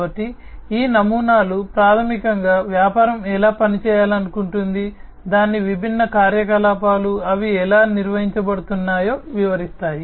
కాబట్టి ఈ నమూనాలు ప్రాథమికంగా వ్యాపారం ఎలా పనిచేయాలనుకుంటుంది దాని విభిన్న కార్యకలాపాలు అవి ఎలా నిర్వహించబడుతున్నాయో వివరిస్తాయి